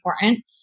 important